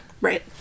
right